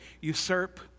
usurp